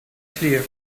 clear